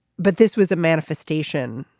but this was a manifestation.